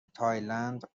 تایلند